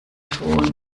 tun